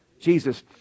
Jesus